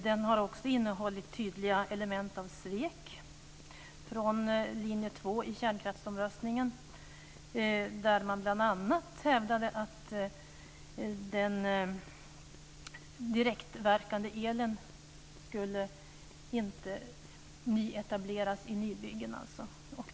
Den har också innehållit tydliga element av svek från linje 2 i kärnkraftsomröstningen, där man bl.a. hävdade att den direktverkande elen inte skulle nyetableras i nybyggen.